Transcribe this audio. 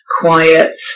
quiet